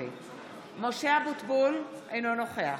(קוראת בשמות חברי הכנסת) משה אבוטבול, אינו נוכח